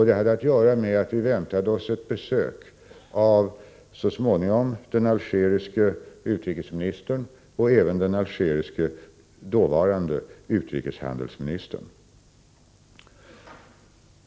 Det hade att göra med att vi väntade oss ett besök så småningom av den algeriske utrikesministern liksom av den dåvarande utrikeshandelsministern.